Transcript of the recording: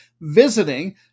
Visiting